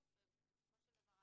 ובסופו של דבר,